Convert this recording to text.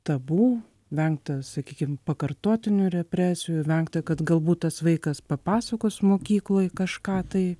tabu vengta sakykim pakartotinių represijų vengta kad galbūt tas vaikas papasakos mokykloj kažką tai